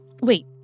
Wait